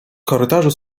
korytarze